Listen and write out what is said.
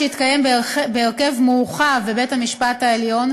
שהתקיים בהרכב מורחב בבית-המשפט העליון,